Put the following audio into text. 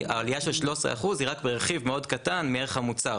העלייה של 13% היא רק ברכיב מאוד קטן מערך המוצר.